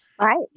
Right